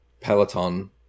Peloton